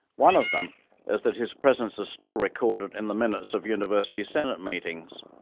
one of them is that his presence is still recorded in the minutes of university senate meetings.